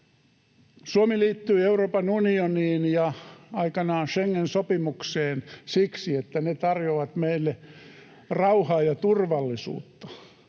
Suomi liittyi Euroopan unioniin ja aikanaan Schengen-sopimukseen siksi, että ne tarjoavat meille rauhaa ja turvallisuutta,